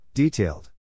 Detailed